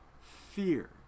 fear